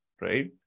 right